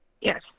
Yes